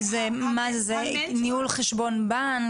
זה ניהול חשבון בנק?